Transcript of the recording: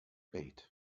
bait